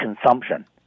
consumption